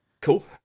cool